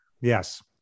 Yes